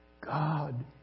God